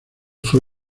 fue